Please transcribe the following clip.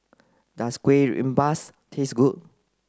does Kueh Rengas taste good